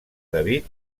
david